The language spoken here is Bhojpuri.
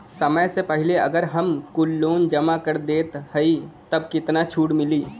समय से पहिले अगर हम कुल लोन जमा कर देत हई तब कितना छूट मिली?